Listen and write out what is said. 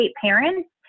parents